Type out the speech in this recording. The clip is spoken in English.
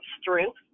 strength